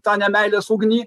tą nemeilės ugnį